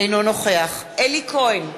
אינו נוכח אלי כהן,